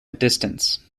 distance